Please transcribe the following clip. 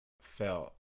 felt